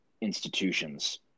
institutions